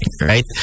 right